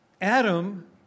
Adam